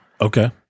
okay